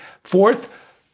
Fourth